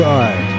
God